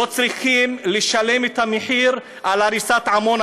לא צריכים לשלם את המחיר על הריסת עמונה,